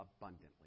abundantly